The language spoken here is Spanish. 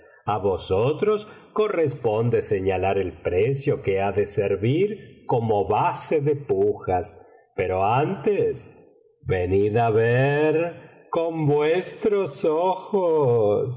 a vosotros corresponde señalar el precio que ha de servir como base de pujas pero antes venid á ver con vuestros ojos